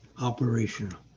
operational